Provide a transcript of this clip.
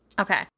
Okay